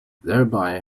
thereby